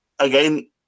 Again